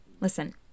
Listen